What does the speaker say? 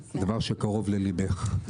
זה דבר שקרוב לליבך.